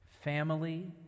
family